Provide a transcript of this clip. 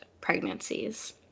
pregnancies